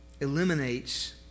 eliminates